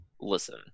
Listen